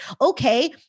okay